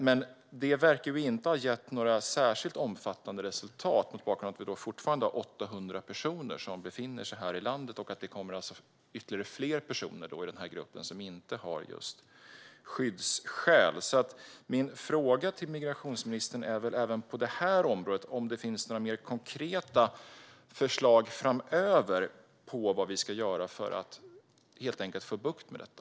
Men det verkar inte ha gett några särskilt omfattande resultat, mot bakgrund av att 800 personer fortfarande befinner sig i landet. Det kommer ännu fler personer i den här gruppen som inte har skyddsskäl. Även på det här området undrar jag, migrationsministern, om det finns några mer konkreta förslag framöver på vad som ska göras för att få bukt med detta.